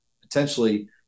potentially